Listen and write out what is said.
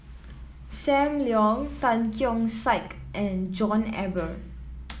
Sam Leong Tan Keong Saik and John Eber